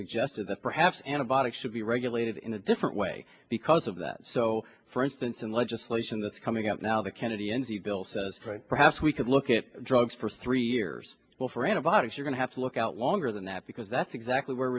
suggested that perhaps antibiotics should be regulated in a different way because of that so for instance in legislation that's coming up now the kennedy energy bill says perhaps we could look at drugs for three years well for antibiotics you're gonna have to look out longer than that because that's exactly where